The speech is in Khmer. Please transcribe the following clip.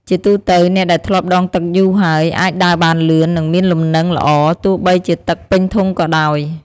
ជាទូទៅ អ្នកដែលធ្លាប់ដងទឹកយូរហើយ អាចដើរបានលឿន និងមានលំនឹងល្អ ទោះបីជាទឹកពេញធុងក៏ដោយ។